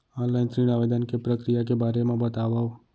Online ऋण आवेदन के प्रक्रिया के बारे म बतावव?